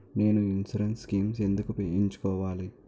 నేను insurance schemes ఎందుకు ఎంచుకోవాలి?